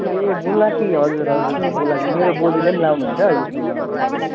ए बुलाकी हजुर हजुर अँ बुलाकी मेरो बज्यूले पनि लगाउनु हुन्छ अहिलेसम्म हजुर हजुर